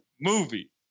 movie